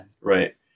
Right